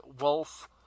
wolf